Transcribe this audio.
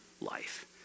life